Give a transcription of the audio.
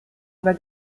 über